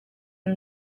ine